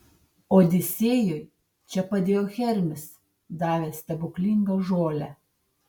odisėjui čia padėjo hermis davęs stebuklingą žolę